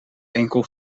enkel